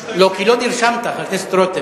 לא, כי לא נרשמת, חבר הכנסת רותם.